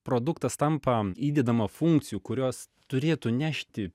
produktas tampa įdedama funkcijų kurios turėtų nešti